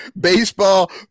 baseball